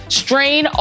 strain